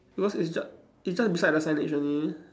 because it's just it's just beside the signage only